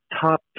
top